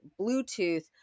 Bluetooth